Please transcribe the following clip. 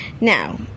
Now